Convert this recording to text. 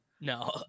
No